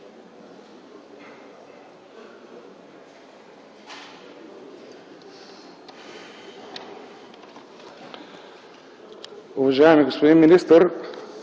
Уважаеми господин министър,